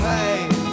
Hey